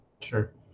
Sure